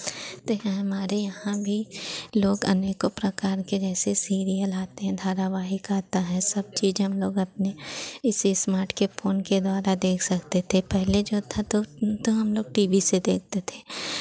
ते हैं हमारे यहाँ भी लोग अनेकों प्रकार के जैसे सीरियल आते हैं धारावाहिक आता है सब चीज़ हम लोग अपने इसी स्मार्ट के फ़ोन के द्वारा देख सकते थे पहले जो था तो तो हम लोग टी वी से देखते थे